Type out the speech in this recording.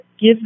give